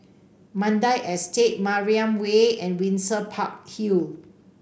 Mandai Estate Mariam Way and Windsor Park Hill